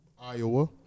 Iowa